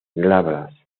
glabras